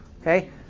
okay